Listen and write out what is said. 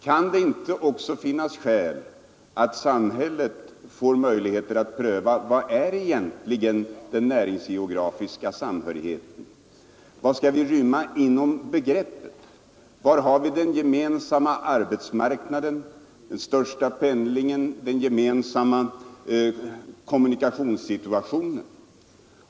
Kan det inte också finnas skäl att samhället får möjlighet att pröva vad den näringsgeografiska samhörigheten egentligen är? Vad skall vi inrymma i begreppet? Var har vi den gemensamma arbetsmarknaden, den största pendlingen, den gemensamma kommunikationssituationen?